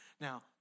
Now